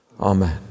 Amen